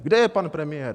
Kde je pan premiér?